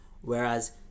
Whereas